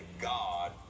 God